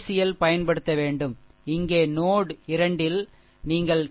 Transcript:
L பயன்படுத்த வேண்டும் இங்கே முனை 2 இல் நீங்கள் கே